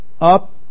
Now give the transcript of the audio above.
up